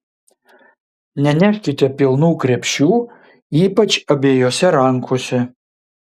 neneškite pilnų krepšių ypač abiejose rankose